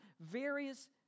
various